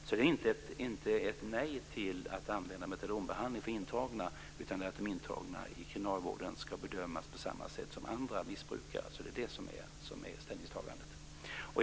Det handlar alltså inte om ett nej till att använda metadonbehandling för intagna utan om att de intagna i kriminalvården ska bedömas på samma sätt som andra missbrukare. Det är det som är ställningstagandet.